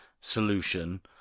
solution